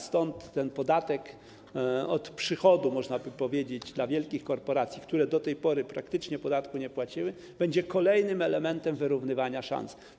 Stąd ten podatek od przychodu, można powiedzieć, dotyczący wielkich korporacji, które do tej pory praktycznie podatku nie płaciły, będzie kolejnym elementem wyrównywania szans.